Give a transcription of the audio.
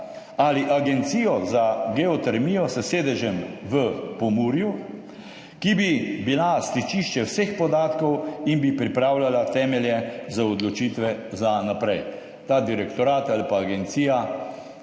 ali agencijo za geotermijo s sedežem v Pomurju, ki bi bila stičišče vseh podatkov in bi pripravljala temelje za odločitve za naprej. Ta direktorat ali agencijo